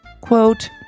quote